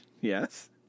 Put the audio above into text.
Yes